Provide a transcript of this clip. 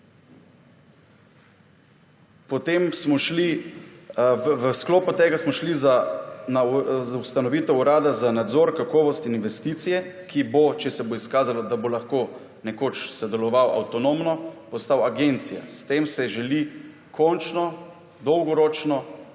Potem smo šli v sklopu tega za ustanovitev Urada za nadzor kakovosti in investicije, ki bo, če se bo izkazalo, da bo lahko nekoč sodeloval avtonomno postal agencija. S tem se želi končno dolgoročno